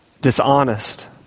dishonest